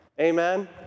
amen